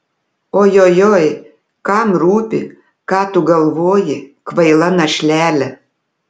ojojoi kam rūpi ką tu galvoji kvaila našlele